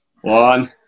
One